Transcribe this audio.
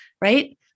right